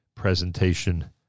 presentation